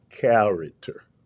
character